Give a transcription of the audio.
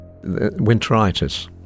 Winteritis